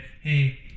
Hey